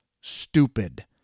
stupid